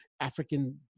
African